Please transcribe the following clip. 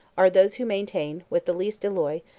are those who maintain, with the least alloy,